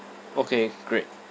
okay great